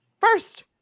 First